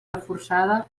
reforçada